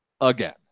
again